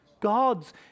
Gods